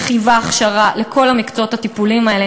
שחייבה הכשרה לכל המקצועות הטיפוליים האלה,